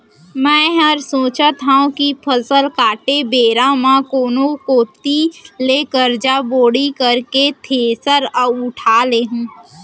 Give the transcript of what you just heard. मैं हर सोचत हँव कि फसल काटे बेरा म कोनो कोइत ले करजा बोड़ी करके थेरेसर उठा लेहूँ